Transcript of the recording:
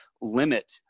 limit